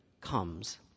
comes